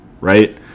right